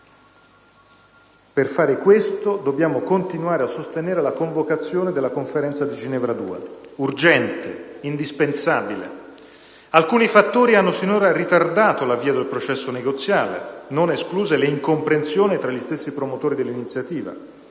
Per fare questo, dobbiamo continuare a sostenere la convocazione della Conferenza di Ginevra 2; urgente, indispensabile. Alcuni fattori hanno sinora ritardato l'avvio del processo negoziale, non escluse le incomprensioni tra gli stessi promotori dell'iniziativa.